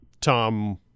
Tom